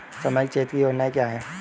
सामाजिक क्षेत्र की योजनाएं क्या हैं?